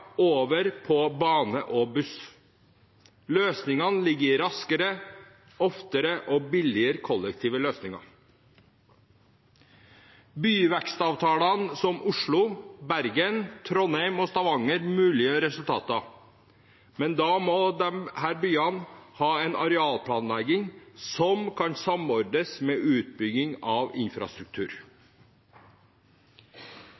over på bane og buss. Løsningene ligger i raskere, oftere og billigere kollektive løsninger. Byvekstavtalene – som i Oslo, Bergen, Trondheim og Stavanger – muliggjør resultater, men da må disse byene ha en arealplanlegging som kan samordnes med utbygging av infrastruktur.